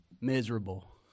miserable